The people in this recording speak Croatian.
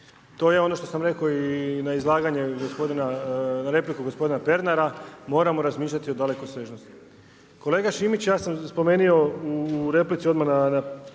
To je ono što sam rekao i na repliku gospodina Pernara, moramo razmišljati o dalekosežnosti. Kolega Šimić ja sam spomenuo replici odmah na